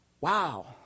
Wow